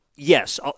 Yes